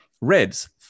Reds